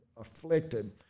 afflicted